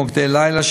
מוקדי לילה,